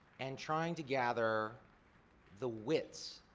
and trying to gather the wits,